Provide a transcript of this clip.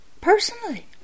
personally